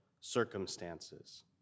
circumstances